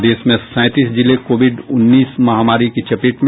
प्रदेश में सैंतीस जिले कोविड उन्नीस महामारी की चपेट में